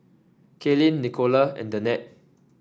Kaylynn Nicola and Danette